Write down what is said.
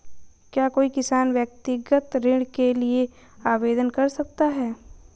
क्या कोई किसान व्यक्तिगत ऋण के लिए आवेदन कर सकता है?